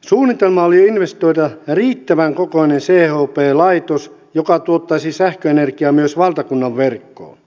suunnitelmana oli investoida riittävän kokoinen chp laitos joka tuottaisi sähköenergiaa myös valtakunnan verkkoon